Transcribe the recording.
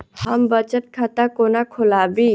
हम बचत खाता कोना खोलाबी?